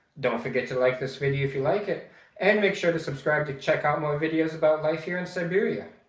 don't forget to like this video if you liked, like it and make sure to subscribe to check out more videos about life here in siberia.